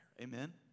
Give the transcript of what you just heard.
Amen